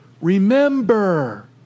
remember